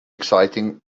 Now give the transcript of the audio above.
exciting